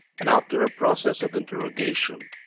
and after a process of interrogation,